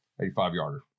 85-yarder